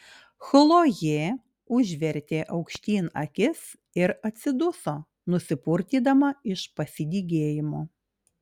chlojė užvertė aukštyn akis ir atsiduso nusipurtydama iš pasidygėjimo